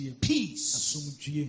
peace